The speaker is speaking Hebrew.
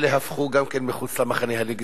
גם אלה הפכו להיות מחוץ למחנה הלגיטימי.